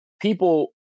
people